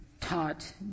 taught